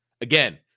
Again